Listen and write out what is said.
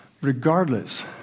regardless